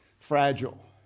Fragile